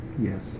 Yes